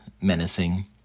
menacing